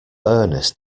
ernest